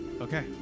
Okay